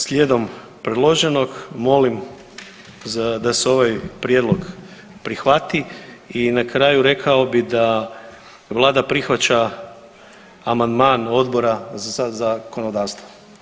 Slijedom predloženog molim da se ovaj prijedlog prihvati i na kraju rekao bih da vlada prihvaća amandman Odbora za zakonodavstvo.